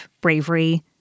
bravery